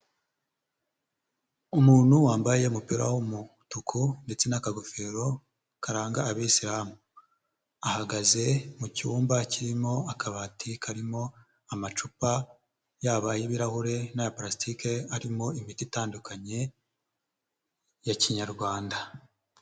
Umuntu wambaye umupira w'umutuku ndetse n'akagofero karanga Abisilamu, ahagaze mu cyumba kirimo akabati karimo amacupa, yaba ay'ibirahure n'aya parasitike arimo imiti itandukanye ya Kinyarwanda.